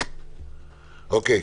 אוקיי.